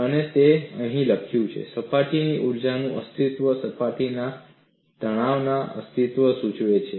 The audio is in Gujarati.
અને તે અહીં લખ્યું છે સપાટીની ઊર્જાનું અસ્તિત્વ સપાટીના તણાવનું અસ્તિત્વ સૂચવે છે